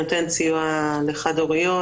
זוהי תוכנית שנותנת סיוע לחד הוריות,